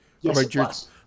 Yes